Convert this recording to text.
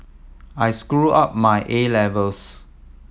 I screwed up my A levels